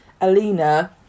Alina